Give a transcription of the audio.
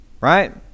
Right